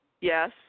Yes